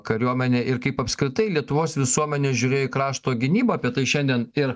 kariuomenė ir kaip apskritai lietuvos visuomenė žiūrėjo į krašto gynybą apie tai šiandien ir